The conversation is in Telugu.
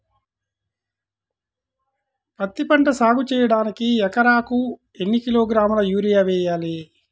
పత్తిపంట సాగు చేయడానికి ఎకరాలకు ఎన్ని కిలోగ్రాముల యూరియా వేయాలి?